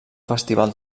festival